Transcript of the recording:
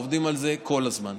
עובדים על זה כל הזמן.